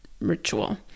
ritual